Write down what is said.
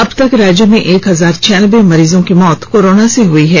अब तक राज्य में एक हजार छियानबे मरीज की मौत कोरोना से हई है